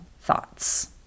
thoughts